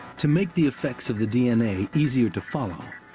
to make the effects of the d n a. easier to follow,